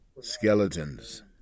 Skeletons